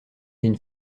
une